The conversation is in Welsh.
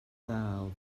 ddal